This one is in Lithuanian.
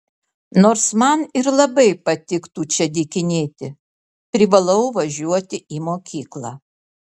nors man ir labai patiktų čia dykinėti privalau važiuoti į mokyklą